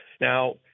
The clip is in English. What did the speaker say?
now